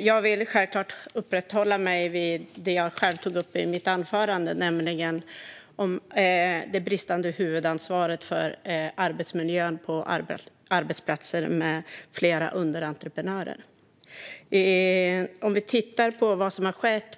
Jag vill självklart uppehålla mig vid det jag tog upp i mitt huvudanförande, nämligen det bristande huvudansvaret för arbetsmiljön på arbetsplatser med flera underentreprenörer.